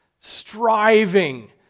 striving